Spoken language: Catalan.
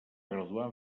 graduar